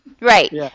Right